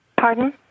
Pardon